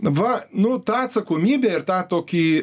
va nu tą atsakomybę ir tą tokį